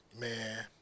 Man